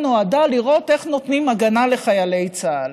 נועדה לראות איך נותנים הגנה לחיילי צה"ל.